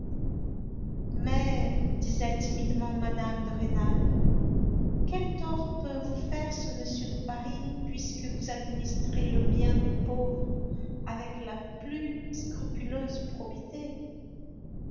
disait timidement mme de rênal quel tort peut vous faire ce monsieur de paris puisque vous administrez le bien des pauvres avec la plus scrupuleuse probité